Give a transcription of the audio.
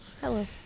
hello